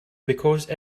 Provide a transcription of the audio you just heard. because